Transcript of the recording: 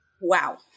Wow